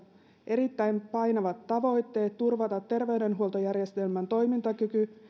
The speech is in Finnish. erittäin painavat tavoitteet turvata terveydenhuoltojärjestelmän toimintakyky